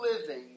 living